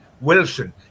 Wilson